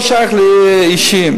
אז זה לא שייך לאישי.